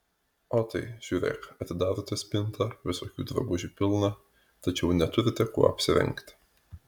o tai žiūrėk atidarote spintą visokių drabužių pilna tačiau neturite kuo apsirengti